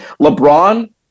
LeBron